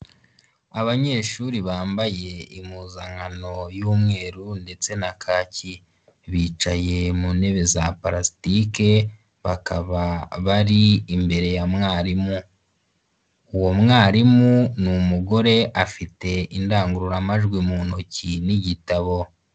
Abanyeshuri bambaye impuzankano y'umweru ndetse na kaki, bicaye mu ntebe za pulastike, bakaba bari imbere ya mwarimu, uwo mwarimu n'umugore afite indangururamajwi mu ntoki n'igitabo.